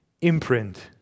imprint